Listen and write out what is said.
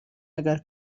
اگر